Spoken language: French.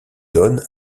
donne